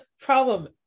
problem